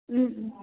ம் ம்